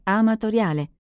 amatoriale